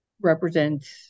represents